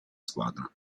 squadra